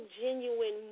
genuine